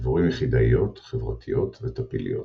דבורים יחידאיות, חברתיות וטפיליות